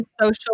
social